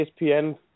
ESPN